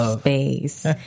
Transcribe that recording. space